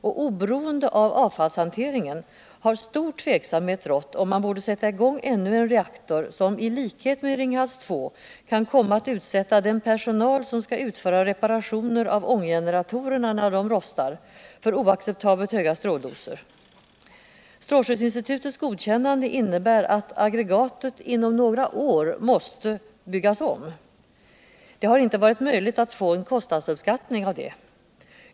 och oberoende av avfallshanteringen har stor tveksamhet rått om man borde sätta i gång ännu en reaktor, som I likhet med Ringhals 2 kan komma att utsätta den personal som skall utföra reparationer av ånggeneratorerna när de rostar för oacceptabelt höga stråldoser. Strälskyddsinstitutets godkännande innebär att aggregatet inom några år mäste byggas om. Det har inte varit möjligt att få en kostnadsuppskattning.